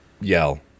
yell